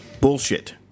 Bullshit